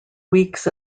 weeks